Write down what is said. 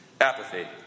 Apathy